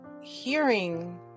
hearing